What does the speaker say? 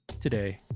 today